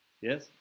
yes